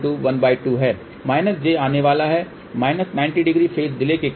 j आने वाला है 900 फेज डिलेके कारण